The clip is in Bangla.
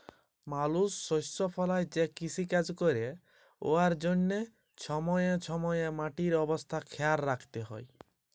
মালুস শস্য ফলাঁয় যে কিষিকাজ ক্যরে উয়ার জ্যনহে ছময়ে ছময়ে মাটির অবস্থা খেয়াল রাইখতে হ্যয়